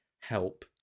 help